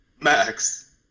Max